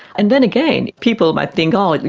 and then again, people might think, ah like